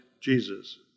Jesus